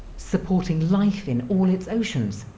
supporting life in all its oceans,